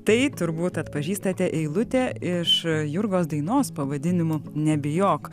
tai turbūt atpažįstate eilutė iš jurgos dainos pavadinimu nebijok